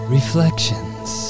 Reflections